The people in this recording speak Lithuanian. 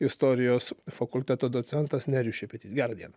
istorijos fakulteto docentas nerijus šepetys gerą dieną